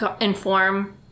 inform